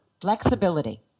Flexibility